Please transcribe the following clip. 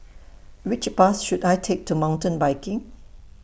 Which Bus should I Take to Mountain Biking